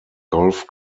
golf